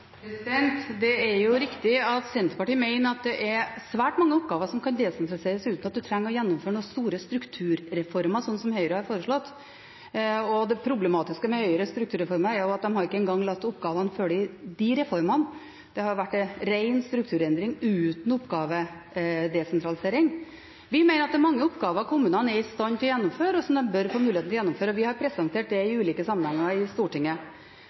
Det er riktig at Senterpartiet mener at det er svært mange oppgaver som kan desentraliseres uten at en trenger å gjennomføre noen store strukturreformer, slik som Høyre har foreslått. Det problematiske med Høyres strukturreformer er at de ikke engang har latt oppgavene følge reformene. Det har vært ren strukturendring uten oppgavedesentralisering. Vi mener at det er mange oppgaver kommunene er i stand til å gjennomføre, og som de bør få muligheten til å gjennomføre. Vi har presentert det i ulike sammenhenger i Stortinget.